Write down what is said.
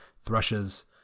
thrushes